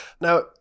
Now